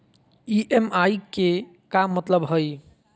EMI के का मतलब हई?